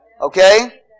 Okay